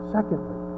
Secondly